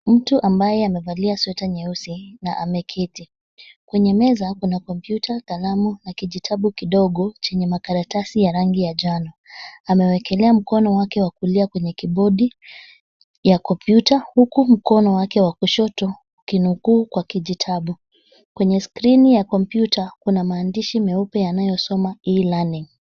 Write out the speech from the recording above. Mtu ambaye amevalia sweta nyeusi na ameketi. Kwenye meza kuna kompyuta, kalamu na kijitabu kidogo chenye makaratasi ya rangi ya njano. Amewekelea mkono wake wa kulia kwenye kibodi ya kompyuta huku mkono wake wa kushoto ukinukuu kwa kijitabu. Kwenye skrini ya kompyuta kuna maandishi meupe yanayosoma cs[e-learning]cs.